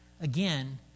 Again